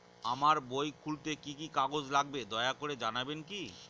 আমার বই খুলতে কি কি কাগজ লাগবে দয়া করে জানাবেন কি?